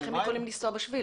איך הם יכול לנסוע בשביל?